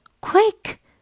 Quick